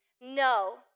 No